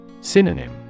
Synonym